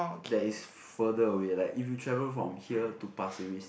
there is further away like if you travel from here to pasir-ris